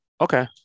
okay